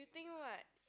you think [what]